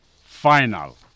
Final